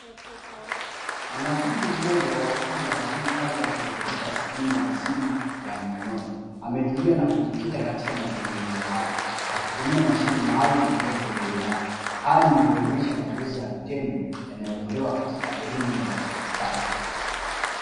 Mwanafunzi mmoja wa ufundi anafanya kazi ya kurekebisha skrini ya simu ya mkononi. Ametulia na kujikita katika matengenezo hayo, akitumia mashine maalum iliyoko mbele yake. Hali inayoonyesha mazoezi ya vitendo yanayotolewa katika elimu ya ufundistadi.